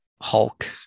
Hulk